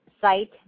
site